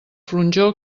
flonjor